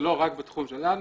זה לא רק בתחום שלנו,